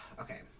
okay